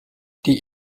die